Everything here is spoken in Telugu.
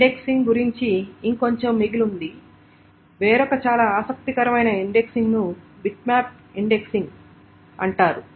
ఇండెక్సింగ్ గురించి ఇంకొంచెం మిగిలుంది వేరొక చాలా ఆసక్తికరమైన ఇండెక్సింగ్ ను బిట్మ్యాప్ ఇండెక్సింగ్ అంటారు